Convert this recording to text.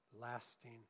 lasting